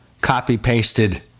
copy-pasted